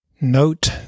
Note